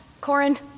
Corin